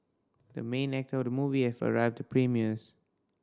the main actor of the movie has arrived the premieres